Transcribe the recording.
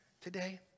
today